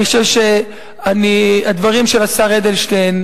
אני חושב שהדברים של השר אדלשטיין,